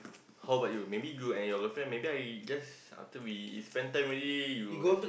how bout you maybe you and your girlfriend maybe I just after we spend time already